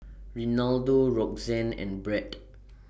Renaldo Roxanna and Bret